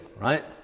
right